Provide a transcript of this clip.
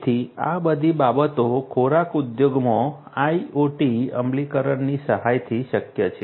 તેથી આ બધી બાબતો ખોરાક ઉદ્યોગમાં IoT અમલીકરણની સહાયથી શક્ય છે